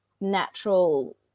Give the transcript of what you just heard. natural